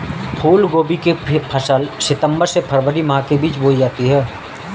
फूलगोभी की फसल सितंबर से फरवरी माह के बीच में बोई जाती है